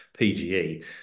PGE